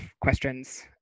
questions